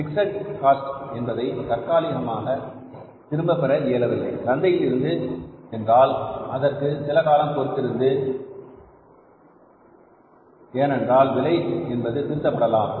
fixed cost என்பதை தற்காலிகமாக திரும்ப பெற முடியவில்லை சந்தையில் இருந்து என்றால் அதற்கு சில காலம் பொறுத்திருந்து ஏனென்றால் விலை என்பது திருத்தப்படலாம்